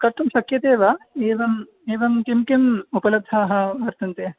कर्तुं शक्यते एव एवं एवं किं किं उपलब्धाः वर्तन्ते